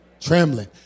trembling